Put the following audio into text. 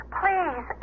please